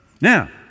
Now